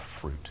fruit